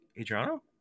Adriano